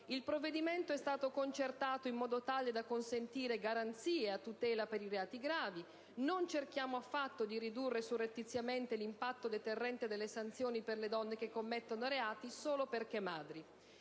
Il provvedimento è stato concertato in modo tale da consentire garanzie a tutela per i reati gravi. Non cerchiamo affatto di ridurre surrettiziamente l'impatto deterrente delle sanzioni per le donne che commettono reati solo perché madri.